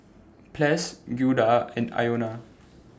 Ples Guido and Iona